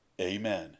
Amen